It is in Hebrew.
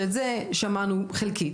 שאת זה אנחנו שמענו חלקים.